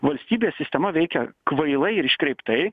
valstybės sistema veikia kvailai ir iškreiptai